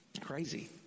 crazy